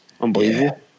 unbelievable